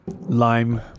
lime